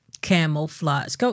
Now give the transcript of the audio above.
camouflage